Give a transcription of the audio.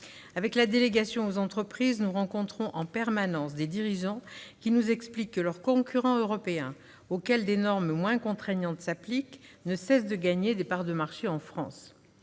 Avec la délégation aux entreprises, nous rencontrons en permanence des dirigeants qui nous expliquent que leurs concurrents européens, auxquels des normes moins contraignantes s'appliquent, ne cessent de gagner des parts de marché en France.